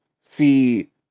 see